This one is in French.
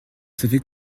savez